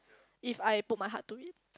if I put my heart to it